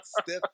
stiff